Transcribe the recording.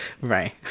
Right